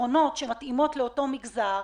הפתרונות שמתאימים לאותו מגזר,